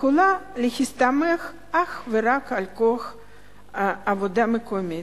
יכולה להסתמך אך ורק על כוח עבודה מקומי.